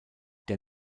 der